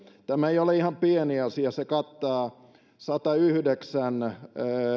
tämä ei ole ihan pieni asia se kattaa sadanyhdeksän